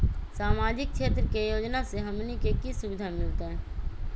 सामाजिक क्षेत्र के योजना से हमनी के की सुविधा मिलतै?